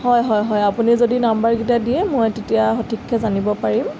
হয় হয় হয় আপুনি যদি নাম্বাৰকেইটা দিয়ে মই তেতিয়া সঠিককৈ জানিব পাৰিম